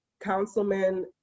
councilman